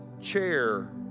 chair